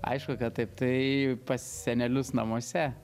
aišku kad taip tai pas senelius namuose